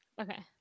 Okay